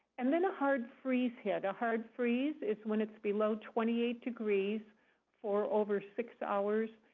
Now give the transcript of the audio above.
and then a hard freeze hit. a hard freeze is when it's below twenty degrees for over six hours.